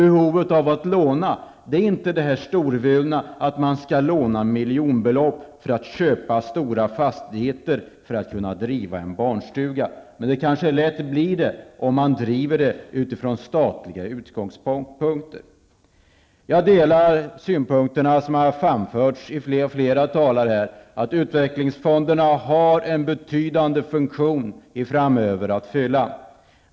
Behovet av att låna är inte det storvulna, att få möjlighet till miljonbelopp för att köpa stora fastigheter för att driva en barnstuga. Men det kan lätt bli så, om man driver det utifrån statliga utgångspunkter. Jag delar de synpunkter som flera talare har framfört om att utvecklingsfonderna har en betydande funktion att fylla framöver.